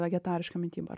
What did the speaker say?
vegetariška mityba ar